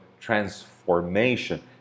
transformation